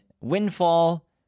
Windfall